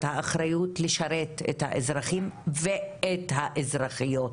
האחריות לשרת את האזרחים ואת האזרחיות.